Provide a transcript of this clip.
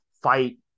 fight